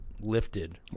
lifted